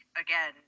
again